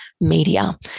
media